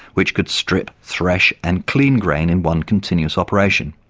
which could strip, thresh and clean grain in one continuous operation.